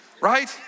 right